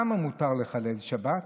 למה מותר לחלל שבת?